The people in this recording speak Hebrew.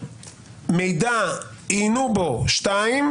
מידע שעיינו בו, דבר שני.